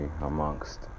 amongst